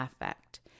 affect